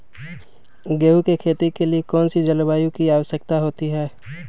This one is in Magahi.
गेंहू की खेती के लिए कौन सी जलवायु की आवश्यकता होती है?